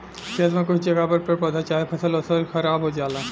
खेत में कुछ जगह पर पेड़ पौधा चाहे फसल ओसल खराब हो जाला